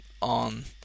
On